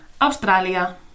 Australia